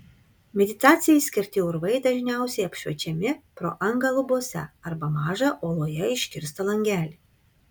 meditacijai skirti urvai dažniausiai apšviečiami pro angą lubose arba mažą uoloje iškirstą langelį